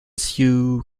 sioux